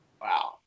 Wow